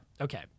Okay